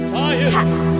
Science